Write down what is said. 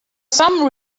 some